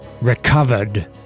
recovered